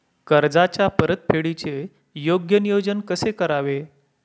कर्जाच्या परतफेडीचे योग्य नियोजन कसे करावे?